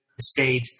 State